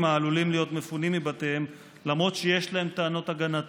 העלולים להיות מפונים מבתיהם למרות שיש להן טענות הגנה טובות,